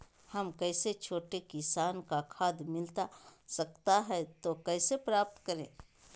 हम जैसे छोटे किसान को खाद मिलता सकता है तो कैसे प्राप्त करें?